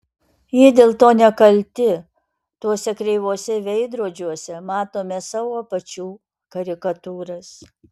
jie dėl to nekalti tuose kreivuose veidrodžiuose matome savo pačių karikatūras